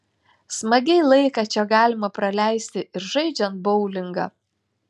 smagiai laiką čia galima praleisti ir žaidžiant boulingą